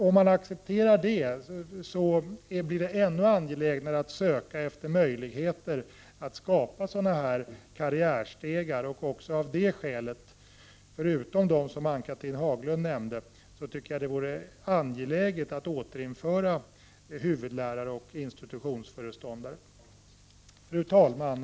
Om man accepterar detta, blir det ännu angelägnare att söka efter möjligheter att skapa karriärstegar. Också av det skälet, förutom det som Ann-Cathrine Haglund nämnde, vore det angeläget att återinföra huvudläraroch institutionsföreståndartjänster. Fru talman!